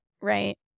right